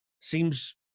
seems